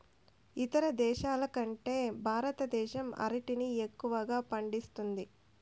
ఇతర దేశాల కంటే భారతదేశం అరటిని ఎక్కువగా పండిస్తుంది